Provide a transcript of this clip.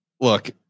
look